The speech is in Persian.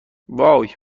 وای